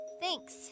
Thanks